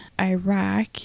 Iraq